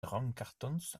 drankkartons